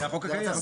זה החוק הקיים.